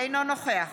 אינו נוכח